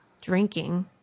Drinking